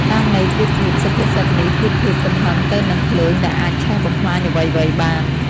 តាមន័យប្រៀបធៀប សុភាសិតនេះប្រៀបធៀបកំហឹងទៅនឹងភ្លើងដែលអាចឆេះបំផ្លាញអ្វីៗបាន។